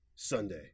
Sunday